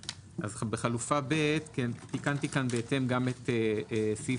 בחלופה ב' תיקנתי כאן בהתאם גם את סעיף